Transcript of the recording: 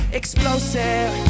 explosive